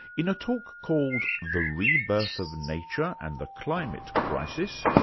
in a talk called the rebirth of nature and the climate crisis,